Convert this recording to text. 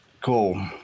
Cool